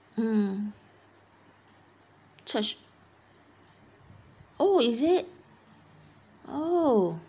hmm church oh is it oh